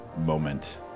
moment